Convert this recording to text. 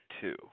two